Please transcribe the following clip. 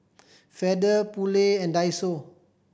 Feather Poulet and Daiso